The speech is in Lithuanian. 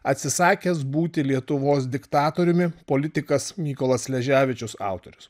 atsisakęs būti lietuvos diktatoriumi politikas mykolas sleževičius autorius